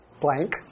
blank